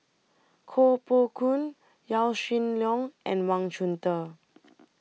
Koh Poh Koon Yaw Shin Leong and Wang Chunde